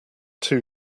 too